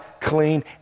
clean